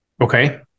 Okay